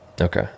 Okay